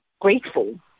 grateful